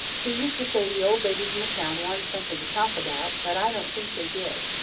he used to say the old ladies in the town wanted something to talk about but i don't think they did.